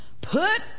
Put